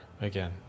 again